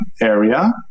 area